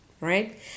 Right